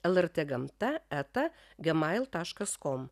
lrt gamta eta gemail taškas kom